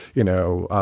you know,